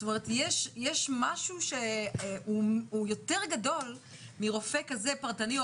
זאת אומרת יש משהו הוא יותר גדול מרופא כזה פרטני כזה או